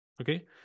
Okay